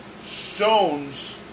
stones